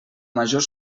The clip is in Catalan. major